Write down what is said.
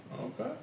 Okay